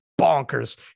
bonkers